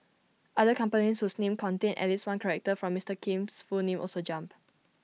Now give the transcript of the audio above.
other companies whose names contained at least one character from Mister Kim's full name also jumped